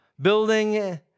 building